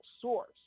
source